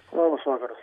labas vakaras